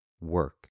work